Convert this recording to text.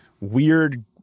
weird